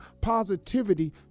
positivity